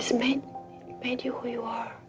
made made you who you are.